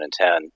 2010